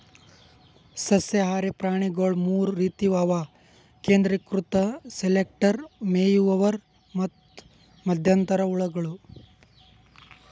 ಸಸ್ಯಹಾರಿ ಪ್ರಾಣಿಗೊಳ್ ಮೂರ್ ರೀತಿವು ಅವು ಕೇಂದ್ರೀಕೃತ ಸೆಲೆಕ್ಟರ್, ಮೇಯುವವರು ಮತ್ತ್ ಮಧ್ಯಂತರ ಹುಳಗಳು